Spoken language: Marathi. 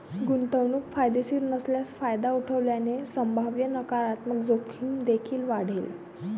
गुंतवणूक फायदेशीर नसल्यास फायदा उठवल्याने संभाव्य नकारात्मक जोखीम देखील वाढेल